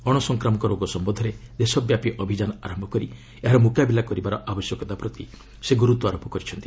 ଅଣ ସଂକ୍ୱାମକ ରୋଗ ସମ୍ୟନ୍ଧରେ ଦେଶବ୍ୟାପୀ ଅଭିଯାନ ଆରମ୍ଭ କରି ଏହାର ମୁକାବିଲା କରିବାର ଆବଶ୍ୟକତା ପ୍ରତି ସେ ଗୁରୁତ୍ୱାରୋପ କରିଛନ୍ତି